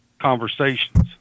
conversations